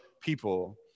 people